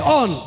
on